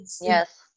Yes